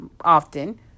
often